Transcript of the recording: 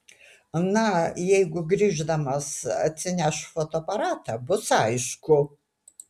na jeigu grįždamas atsineš fotoaparatą bus aišku